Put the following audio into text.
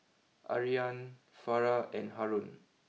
Aryan Farah and Haron